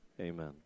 Amen